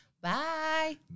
Bye